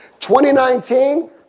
2019